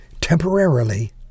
Temporarily